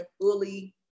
fully